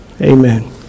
Amen